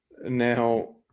now